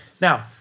Now